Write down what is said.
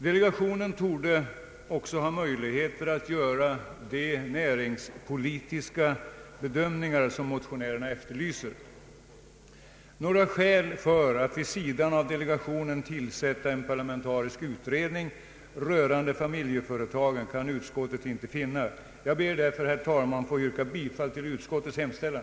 Delegationen torde också ha möjligheter att göra de näringspolitiska bedömningar som motionärerna efterlyser. Några skäl för att vid sidan av delegationen tillsätta en parlamentarisk utredning rörande familjeföretagen kan utskottet inte finna. Jag ber, herr talman, att få yrka bifall till utskottets hemställan.